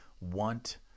want